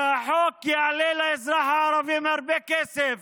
שהחוק יעלה לאזרחים הערבים הרבה כסף